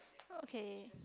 okay